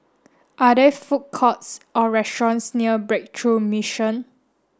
are there food courts or restaurants near Breakthrough Mission